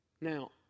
Now